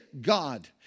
God